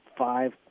five